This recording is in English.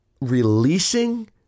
releasing